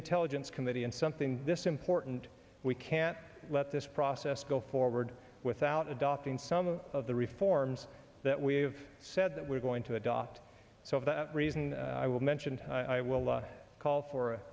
intelligence committee and something this important we can't let this process go forward without adopting some of the reforms that we've said that we're going to adopt so for that reason i will mention i will call for